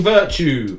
Virtue